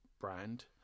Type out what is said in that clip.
brand